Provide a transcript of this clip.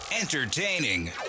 entertaining